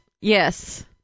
yes